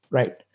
right?